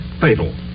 fatal